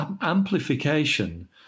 amplification